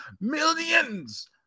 Millions